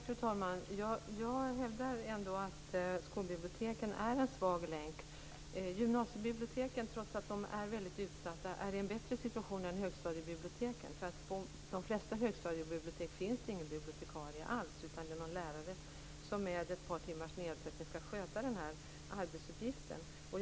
Fru talman! Jag hävdar ändå att skolbiblioteken är en svag länk. Trots att gymnasiebiblioteken är väldigt utsatta befinner de sig i en bättre situation än högstadiebiblioteken. På de flesta högstadiebibliotek finns det nämligen ingen bibliotekarie alls, utan det är någon lärare som med ett par timmars nedsättning skall sköta den arbetsuppgiften.